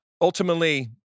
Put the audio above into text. ultimately